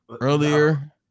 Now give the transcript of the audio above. earlier